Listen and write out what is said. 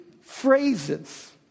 phrases